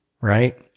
Right